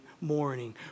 morning